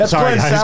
Sorry